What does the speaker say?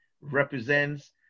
represents